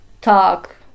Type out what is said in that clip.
talk